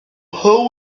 how